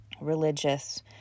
religious